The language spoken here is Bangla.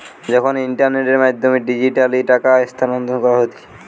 যখন ইন্টারনেটের মাধ্যমে ডিজিটালি টাকা স্থানান্তর করা হতিছে